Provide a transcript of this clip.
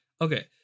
okay